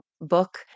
book